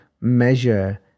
measure